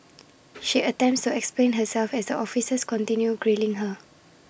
she attempts to explain herself as the officers continue grilling her